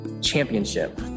championship